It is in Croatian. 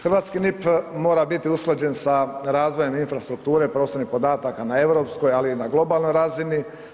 Hrvatski NIP mora biti usklađen sa razvojem infrastrukture prostornih podataka na europskoj ali i na globalnoj razini.